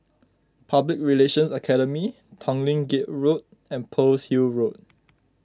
Public Relations Academy Tanglin Gate Road and Pearl's Hill Road